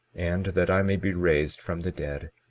and that i may be raised from the dead,